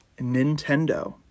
Nintendo